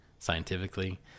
scientifically